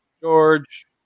George